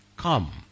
Come